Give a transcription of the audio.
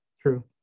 True